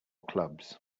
clubs